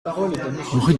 rue